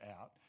out